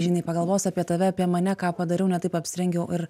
žinai pagalvos apie tave apie mane ką padariau ne taip apsirengiau ir